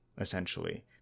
essentially